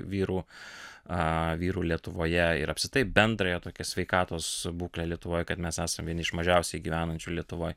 vyrų a vyrų lietuvoje ir apskritai bendrąją tokią sveikatos būklę lietuvoj kad mes esam vieni iš mažiausiai gyvenančių lietuvoj